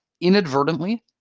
inadvertently